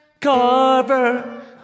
Carver